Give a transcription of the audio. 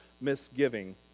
misgiving